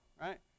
right